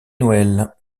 noëlle